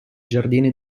giardini